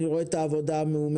אני רואה את העבודה המאומצת.